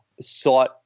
sought